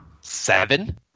Seven